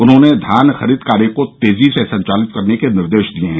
उन्होंने धान खरीद कार्य को तेजी से संचालित करने के निर्देश दिये हैं